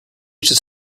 should